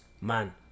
man